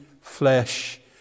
flesh